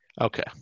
Okay